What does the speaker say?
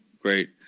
Great